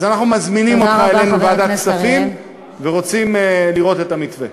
אז אנחנו מזמינים אותך אלינו לוועדת הכספים ורוצים לראות את המתווה.